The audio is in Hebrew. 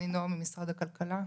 אני ממשרד הכלכלה.